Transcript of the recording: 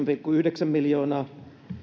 pilkku yhdeksän miljoonaa